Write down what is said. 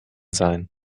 sein